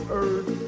earth